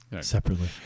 Separately